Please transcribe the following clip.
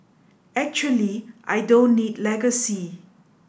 actually I don't need legacy